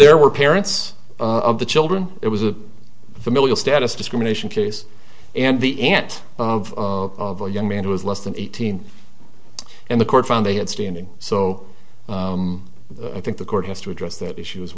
there were parents of the children it was a familial status discrimination case and the aunt of a young man who was less than eighteen and the court found they had standing so i think the court has to address that issue as